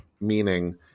meaning